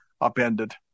upended